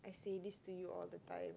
say this to you all the time